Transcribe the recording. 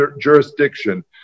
jurisdiction